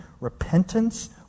repentance